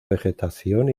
vegetación